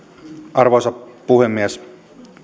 arvoisa puhemies